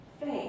faith